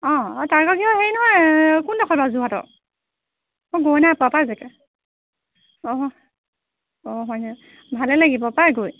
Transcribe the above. অঁ এই তাৰকাগৃহ হেৰি নহয় কোনডোখৰত বাৰু যোৰহাটৰ মই গৈ নাই পোৱা পাই জেগা অঁ অঁ হয়নে ভালে লাগিব পাই গৈ